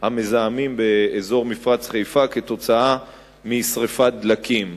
המזהמים באזור מפרץ חיפה כתוצאה משרפת דלקים.